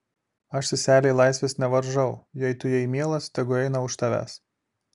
aš seselei laisvės nevaržau jei tu jai mielas tegu eina už tavęs